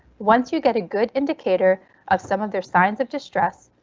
once you get a good indicator of some of their signs of distress,